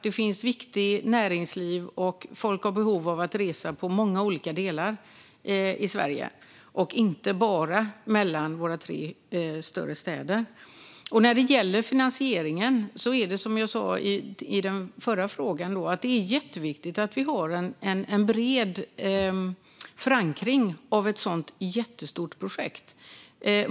Det finns viktigt näringsliv, och folk har behov av att resa i många olika delar av Sverige - inte bara mellan våra tre större städer. När det gäller finansieringen är det, som jag sa i det förra replikskiftet, viktigt att vi har en bred förankring av ett så jättestort projekt.